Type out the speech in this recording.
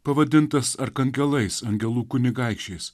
pavadintas arkangelais angelų kunigaikščiais